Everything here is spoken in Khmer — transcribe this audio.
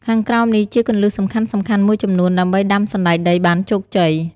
ខាងក្រោមនេះជាគន្លឹះសំខាន់ៗមួយចំនួនដើម្បីដាំសណ្តែកដីបានជោគជ័យ។